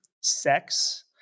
sex